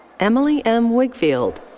emily m. wigfield